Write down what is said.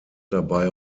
dabei